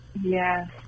Yes